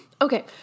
okay